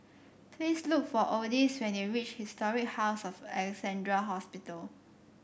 please look for Odis when you reach Historic House of Alexandra Hospital